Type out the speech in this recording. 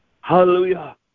Hallelujah